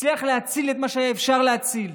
הצליח להציל את מה שהיה אפשר להציל.